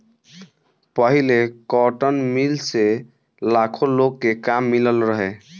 पहिले cotton mill से लाखो लोग के काम मिलल रहे